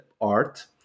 Art